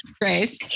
Grace